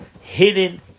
hidden